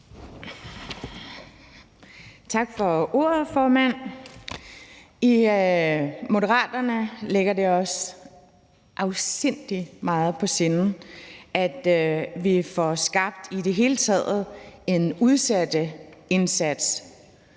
Tak for ordet, formand. I Moderaterne ligger det os afsindig meget på sinde, at vi i det hele taget får skabt en udsatteindsats,